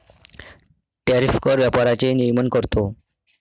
tariff कर व्यापाराचे नियमन करतो